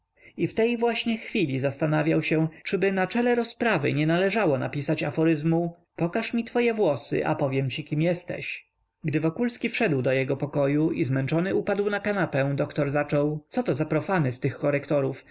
i w tej właśnie chwili zastanawiał się czyby na czele rozprawy nie należało napisać aforyzmu pokaż mi twoje włosy a powiem ci kim jesteś gdy wokulski wszedł do jego pokoju i zmęczony upadł na kanapę doktor zaczął co to za profany z tych